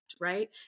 right